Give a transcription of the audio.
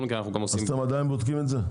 אז אתם עדיין בודקים את זה?